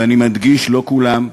ואני מדגיש, לא כולם,